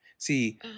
See